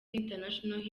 international